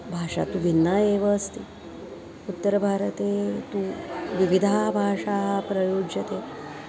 भाषा तु भिन्ना एव अस्ति उत्तरभारते तु विविधा भाषा प्रयुज्यते